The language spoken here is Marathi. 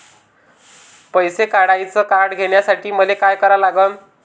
पैसा काढ्याचं कार्ड घेण्यासाठी मले काय करा लागन?